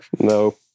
no